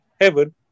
heaven